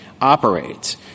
operates